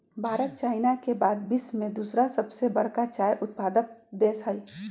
Bharat China के बाद विश्व में दूसरा सबसे बड़का चाय उत्पादक देश हई